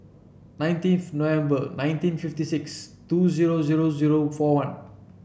nineteenth November nineteen fifty six two zero zero zero four one